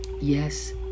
Yes